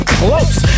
close